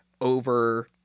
over